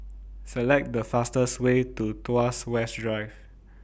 Select The fastest Way to Tuas West Drive